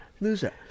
Loser